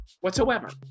whatsoever